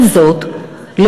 עם זאת,